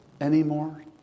anymore